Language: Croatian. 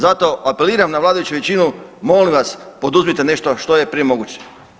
Zato apeliram na vladajuću većinu molim vas poduzmite nešto što je prije moguće.